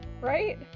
right